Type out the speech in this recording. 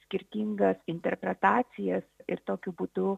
skirtingas interpretacijas ir tokiu būdu